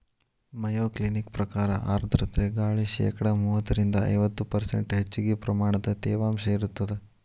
Mayo Clinic ಪ್ರಕಾರ ಆರ್ಧ್ರತೆ ಗಾಳಿ ಶೇಕಡಾ ಮೂವತ್ತರಿಂದ ಐವತ್ತು ಪರ್ಷ್ಂಟ್ ಹೆಚ್ಚಗಿ ಪ್ರಮಾಣದ ತೇವಾಂಶ ಇರತ್ತದ